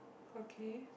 okay